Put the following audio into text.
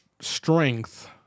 strength